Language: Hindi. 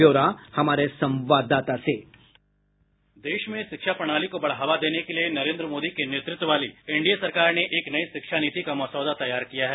ब्यौरा हमारे संवाददाता से साउंड बाईट देश में शिक्षा प्रणाली को बढ़ावा देने के लिए नरेन्द्र मोदी के नेतृत्व वाली एनडीए सरकार ने एक नई शिक्षा नीति का मसौदा तैयार किया है